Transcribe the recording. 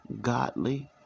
godly